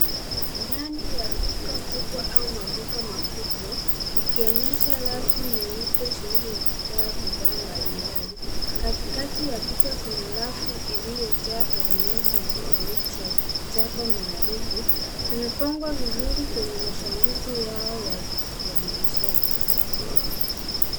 Ndani ya duka kubwa au maduka makubwa ikionyesha rafu nyeupe zilizojaa bidhaa mbali mbali. Katikati ya picha kuna rafu iliyojaa peremende na chokoleti za ajabu maarufu. Zimepangwa vizuri kwenye masanduku yao ya kuonyeshea.